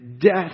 death